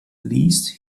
least